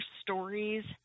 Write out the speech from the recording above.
stories